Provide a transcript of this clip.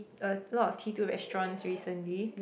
a lot of T two restaurants recently